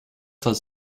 does